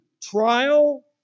trial